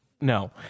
No